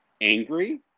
angry